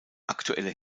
aktuelle